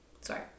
Sorry